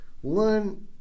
One